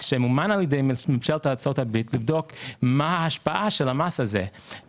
שמומנו על ידי ממשלת ארצות הברית לבדוק מה ההשפעה של המס הזה.